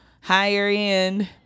higher-end